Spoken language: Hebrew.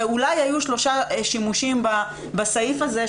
ואולי היו שלושה שימושים בסעיף הזה,